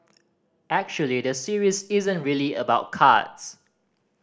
actually the series isn't really about cards